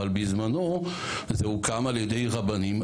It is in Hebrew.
אבל בזמנו זה הוקם על ידי רבנים,